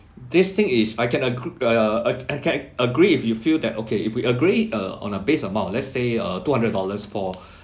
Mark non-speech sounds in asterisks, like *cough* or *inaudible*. this thing is I can agr~ err I I can agree if you feel that okay if we agree uh on a base amount let's say err two hundred dollars for *breath*